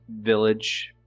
village